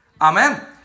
Amen